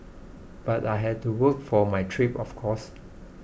but I had to work for my trip of course